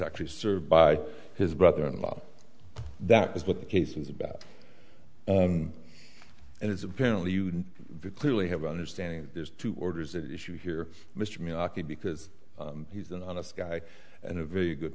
actually served by his brother in law that is what the case is about and it's apparently you clearly have understanding there's two orders at issue here mr milwaukee because he's an honest guy and a very good